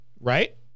right